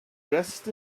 dressed